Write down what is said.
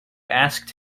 asked